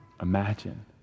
Imagine